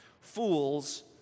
Fools